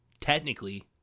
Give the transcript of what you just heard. technically